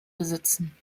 besitzen